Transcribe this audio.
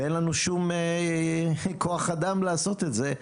ואין לנו שום כוח אדם לעשות את זה.